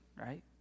right